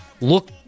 look